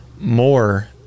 more